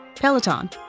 Peloton